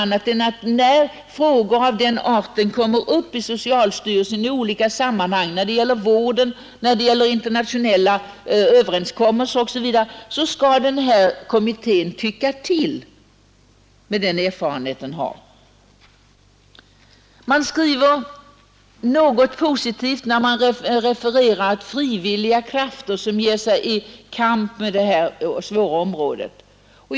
När frågor av den arten — när det gäller vården, när det gäller internationella överenskommelser osv. — i olika sammanhang kommer upp i socialstyrelsen, skall den här kommittén ”tycka till” med den erfarenhet den har — den är inte avsedd för något annat. Utskottet uttalar sig positivt när man redogör för de frivilliga krafter som ger sig in i kamp på detta område.